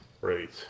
Right